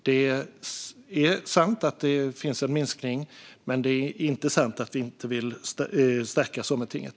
Det är sant att det finns en minskning, men det är inte sant att vi inte vill stärka Sametinget.